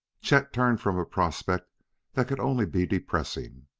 chet turned from a prospect that could only be depressing.